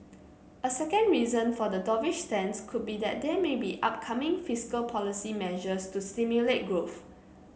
a second reason for the dovish stance could be that there may be upcoming fiscal policy measures to stimulate growth